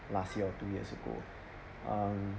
last year two years ago um